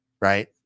Right